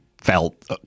felt